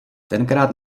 tenkrát